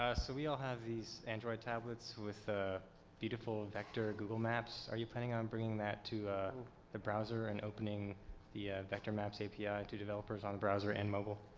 so we all have these android tablets with beautiful vector google maps. are you planning on bringing that to the browser and opening the ah vector maps api to developers on browser and mobile?